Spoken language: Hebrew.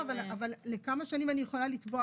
לא, אבל לכמה שנים אני יכולה לתבוע אחורה?